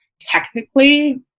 technically